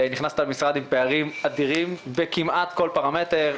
נכנסת למשרד עם פערים אדירים בכמעט כל פרמטר.